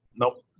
Nope